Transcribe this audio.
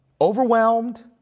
overwhelmed